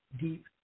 deep